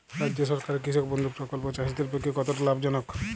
রাজ্য সরকারের কৃষক বন্ধু প্রকল্প চাষীদের পক্ষে কতটা লাভজনক?